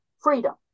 freedom